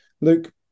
Luke